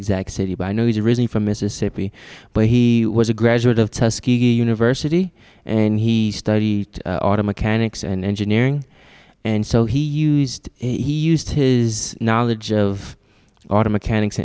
exact city but i know he's really from mississippi but he was a graduate of a university and he studied auto mechanics and engineering and so he used he used his knowledge of auto mechanics